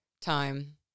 time